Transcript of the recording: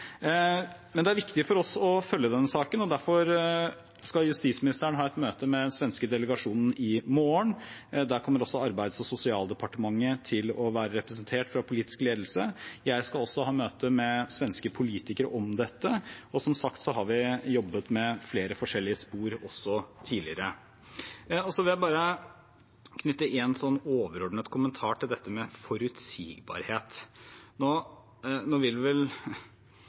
Det er viktig for oss å følge denne saken, og derfor skal justisministeren ha et møte med den svenske delegasjonen i morgen. Der kommer også Arbeids- og sosialdepartementet til å være representert fra politisk ledelse. Jeg skal også ha møte med svenske politikere om dette, og som sagt har vi jobbet med flere forskjellige spor også tidligere. Så vil jeg knytte en overordnet kommentar til det med forutsigbarhet. Ettertiden får vel